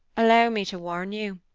allow me to warn you.